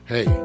Hey